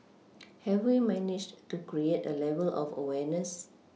have we managed to create a level of awareness